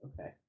okay